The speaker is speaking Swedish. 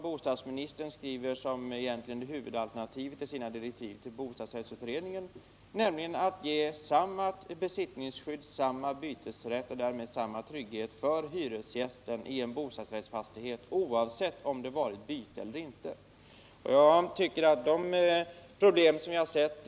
Bostadsministern betecknar också detta som huvudalternativ i sina direktiv till bostadsrättsutredningen, nämligen att ge samma besittningsskydd, samma bytesrätt och därmed samma trygghet för hyresgästen i en bostadsrättsfastighet oavsett om det varit byte eller inte.